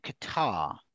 Qatar